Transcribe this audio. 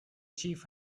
chief